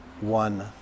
one